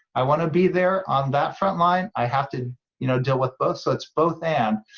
i want to be there on that front line, i have to you know deal with both, so it's both and.